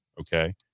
okay